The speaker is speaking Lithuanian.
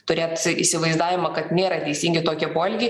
turėt įsivaizdavimą kad nėra teisingi tokie poelgiai